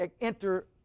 enter